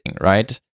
right